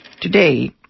today